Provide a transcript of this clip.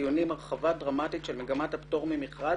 הדיונים הרחבה דרמטית של מגמת הפטור ממכרז,